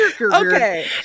Okay